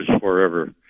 forever